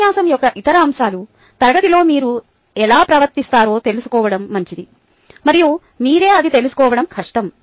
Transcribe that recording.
ఉపన్యాసం యొక్క ఇతర అంశాలు తరగతిలో మీరు ఎలా ప్రవర్తిస్తారో తెలుసుకోవడం మంచిది మరియు మీరే అది తెలుసుకోవడం కష్టం